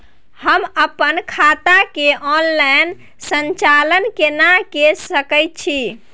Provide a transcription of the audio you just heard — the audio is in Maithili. हम अपन खाता के ऑनलाइन संचालन केना के सकै छी?